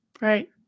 right